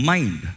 Mind